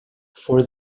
for